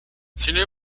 senior